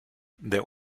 der